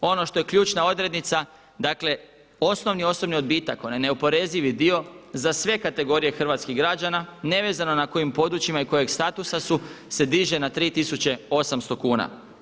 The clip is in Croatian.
Ono što je ključna odrednica, dakle osnovni osobni odbitak onaj neoporezivi dio za sve kategorije hrvatskih građana nevezano na kojim područjima i kojeg statusa su se diže na 3800 kuna.